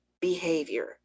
behavior